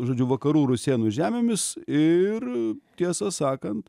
žodžiu vakarų rusėnų žemėmis ir tiesą sakant